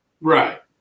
Right